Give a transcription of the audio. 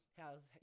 how's